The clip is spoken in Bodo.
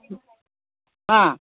मा